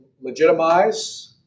legitimize